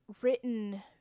written